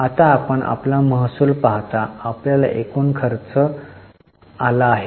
आता आपण आपला महसूल पाहता आणि आपल्याला एकूण खर्च आला आहे